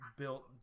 built